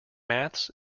maths